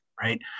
right